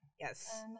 Yes